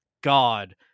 God